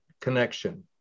connection